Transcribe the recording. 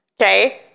Okay